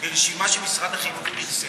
ברשימה שמשרד החינוך פרסם,